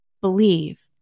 believe